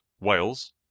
Wales